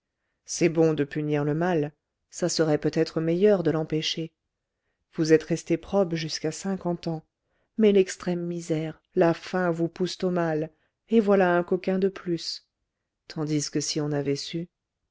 c'est bon de punir le mal ça serait peut-être meilleur de l'empêcher vous êtes resté probe jusqu'à cinquante ans mais l'extrême misère la faim vous poussent au mal et voilà un coquin de plus tandis que si on avait su